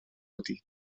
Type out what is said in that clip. wedi